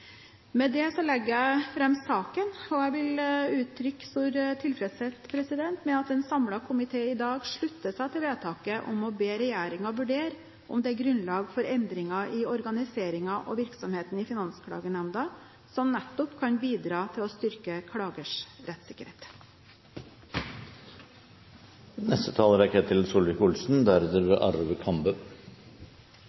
Med det legger jeg fram saken. Jeg vil uttrykke stor tilfredshet med at en samlet komité i dag slutter seg til vedtaket om å be regjeringen vurdere om det er grunnlag for endringer i organiseringen og virksomheten i Finansklagenemnda som nettopp kan bidra til å styrke klagers rettssikkerhet. Finansnæringen er